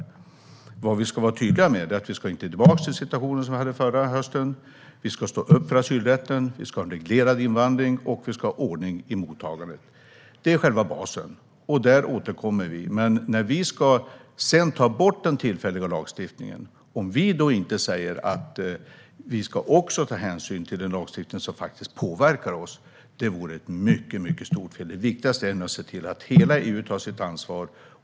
Det som vi ska vara tydliga med är att vi inte ska tillbaka till den situation som vi hade förra hösten. Vi ska stå upp för asylrätten, vi ska ha en reglerad invandring och vi ska ha ordning i mottagandet. Det är själva basen. Där återkommer vi. Om vi, när vi sedan ska ta bort den tillfälliga lagstiftningen, inte säger att vi också ska ta hänsyn till den lagstiftning som faktiskt påverkar oss vore det ett mycket stort fel. Det viktigaste nu är att se till att hela EU tar sitt ansvar.